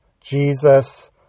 Jesus